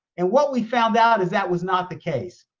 and what we found out is that was not the case.